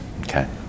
okay